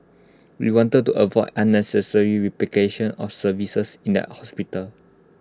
we wanted to avoid unnecessary replication of services in the hospital